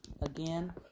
Again